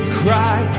cry